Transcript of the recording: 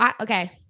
okay